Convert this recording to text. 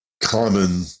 common